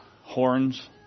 horns